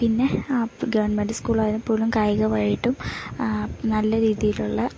പിന്നെ ഗവൺമെൻറ്റ് സ്കൂളായാൽപ്പോലും കായികമായിട്ടും നല്ല രീതിയിലുള്ള